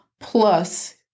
Plus